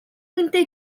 хүнтэй